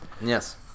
Yes